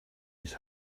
his